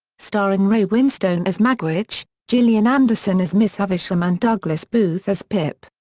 starring ray winstone as magwitch, gillian anderson as miss havisham and douglas booth as pip.